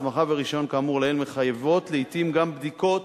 הסמכה ורשיון כאמור לעיל מחייבות לעתים גם בדיקות